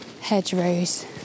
hedgerows